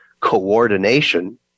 coordination